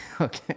Okay